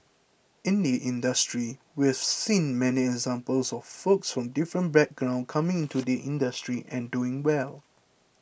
in the industry we've seen many examples of folks from different backgrounds coming into the industry and doing well